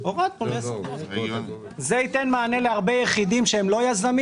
זה יתן מענה להרבה יחידים שהם לא יזמים